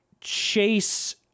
chase